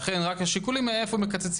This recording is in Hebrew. לכן רק השיקולים היה מאיפה מקצצים.